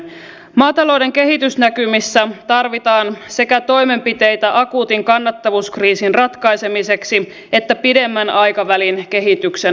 maatalouden kehitysnäkymissä tarvitaan sekä toimenpiteitä akuutin kannattavuuskriisin ratkaisemiseksi että pidemmän aikavälin kehityksen hahmottamiseksi